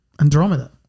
Andromeda